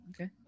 Okay